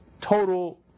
total